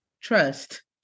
Trust